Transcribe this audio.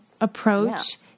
approach